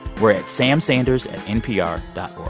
we're at samsanders at npr dot